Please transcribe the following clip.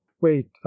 wait